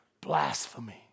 Blasphemy